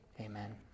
amen